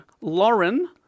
Lauren